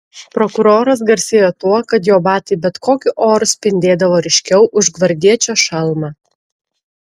prokuroras garsėjo tuo kad jo batai bet kokiu oru spindėdavo ryškiau už gvardiečio šalmą